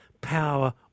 power